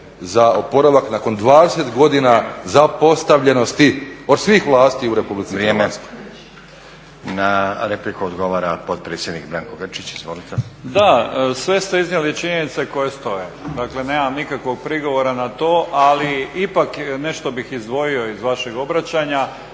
za oporavak nakon 20 godina zapostavljenosti od svih vlasti u Republici Hrvatskoj. **Stazić, Nenad (SDP)** Na repliku odgovara potpredsjednik Branko Grčić. Izvolite. **Grčić, Branko (SDP)** Da, sve ste iznijeli činjenice koje stoje. Dakle, nemam nikakvog prigovora na to, ali ipak nešto bih izdvojio iz vašeg obraćanja,